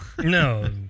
No